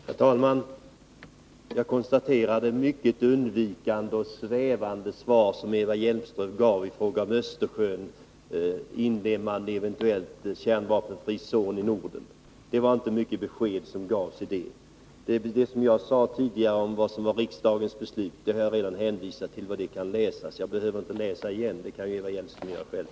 Herr talman! Jag konstaterar vilket undvikande och svävande svar som Eva Hjelmström gav i fråga om Östersjöns inlemmande i en eventuell kärnvapenfri zon i Norden. Där gavs inte mycket till besked. Det jag tidigare sade om riksdagens beslut behöver jag inte upprepa. Det kan Eva Hjelmström läsa själv.